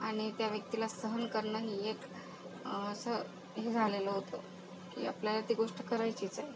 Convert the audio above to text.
आणि त्या व्यक्तीला सहन करणं ही एक असं हे झालेलं होतं की आपल्याला ती गोष्ट करायचीच आहे